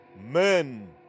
Men